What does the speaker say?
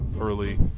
early